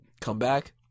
comeback